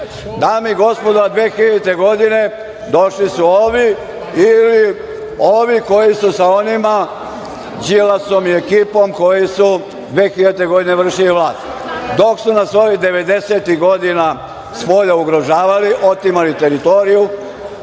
i gospodo, a 2000. godine, došli su ovi ili ovi koji su sa onima, Đilasom i ekipom, koji su 2000. godine vršili vlast. Dok su nas ovi 90-ih godina spolja ugrožavali, otimali teritoriju,